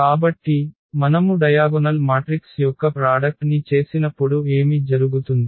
కాబట్టి మనము diagonal matrix యొక్క ప్రాడక్ట్ ని చేసినప్పుడు ఏమి జరుగుతుంది